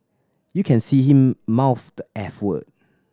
you can see him mouth the eff word